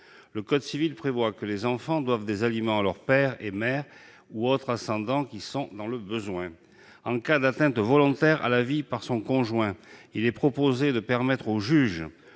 Le code civil prévoit que les enfants doivent des aliments à leur père et mère ou autres ascendants qui sont dans le besoin. En cas d'atteinte volontaire à la vie par le conjoint, il est proposé de permettre aux juges